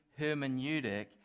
hermeneutic